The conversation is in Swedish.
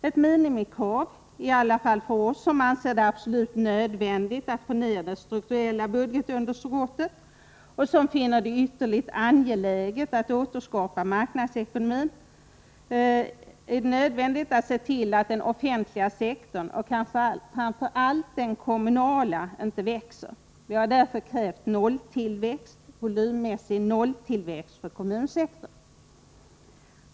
Ett minimikrav — i alla fall för oss som anser det absolut nödvändigt att få ner det strukturella budgetunderskottet och som finner det ytterligt angeläget att återskapa marknadsekonomin — är att se till att den offentliga sektorn och kanske framför allt den kommunala inte växer. Vi har därför krävt nolltillväxt — volymmässig nolltillväxt — för kommunsektorn.